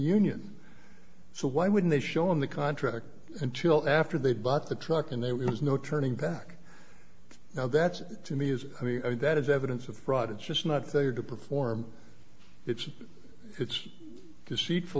union so why would they show him the contract until after they'd bought the truck and there was no turning back now that's to me is i mean that is evidence of fraud it's just not there to perform it's it's deceitful